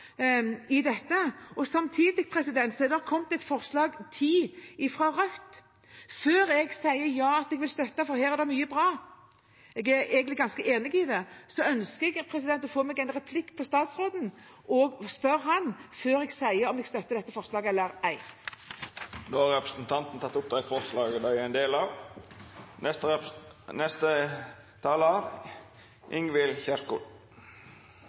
er det kommet et forslag nr. 10, fra Rødt. Før jeg sier ja til å støtte det – for her er det mye bra; jeg er egentlig ganske enig i det – ønsker jeg å få en replikk til statsråden og spørre ham, før jeg altså sier om jeg støtter dette forslaget eller ei. Representanten Olaug V. Bollestad har teke opp det forslaget ho refererte til. En